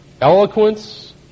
eloquence